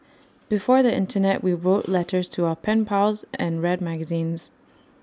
before the Internet we wrote letters to our pen pals and read magazines